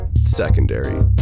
secondary